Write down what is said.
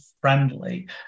friendly